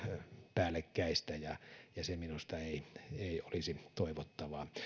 päällekkäistä ja ja se minusta ei ei olisi toivottavaa